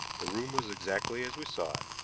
the room was exactly as we saw it.